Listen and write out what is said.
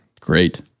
Great